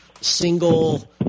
single